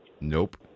Nope